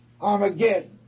Armageddon